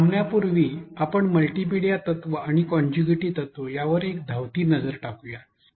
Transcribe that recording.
थांबण्यापूर्वी आपण मल्टीमीडिया तत्त्व आणि कॉन्टिग्युएटी तत्त्व यावर एक धावती नजर टाकूया